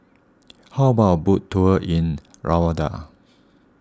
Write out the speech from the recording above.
how about a boat tour in Rwanda